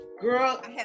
Girl